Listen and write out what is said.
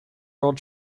world